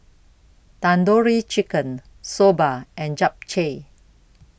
Tandoori Chicken Soba and Japchae